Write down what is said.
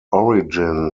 origin